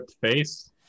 face